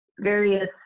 various